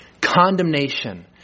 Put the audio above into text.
condemnation